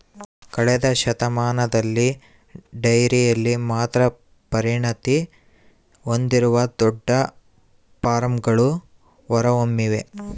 ಕಳೆದ ಶತಮಾನದಲ್ಲಿ ಡೈರಿಯಲ್ಲಿ ಮಾತ್ರ ಪರಿಣತಿ ಹೊಂದಿರುವ ದೊಡ್ಡ ಫಾರ್ಮ್ಗಳು ಹೊರಹೊಮ್ಮಿವೆ